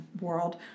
world